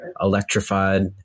electrified